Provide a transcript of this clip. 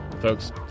folks